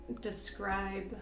describe